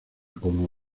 como